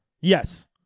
Yes